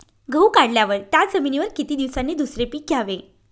गहू काढल्यावर त्या जमिनीवर किती दिवसांनी दुसरे पीक घ्यावे?